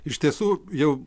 iš tiesų jau